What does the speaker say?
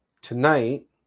Tonight